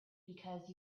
because